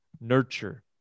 nurture